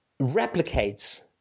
replicates